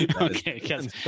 Okay